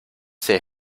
say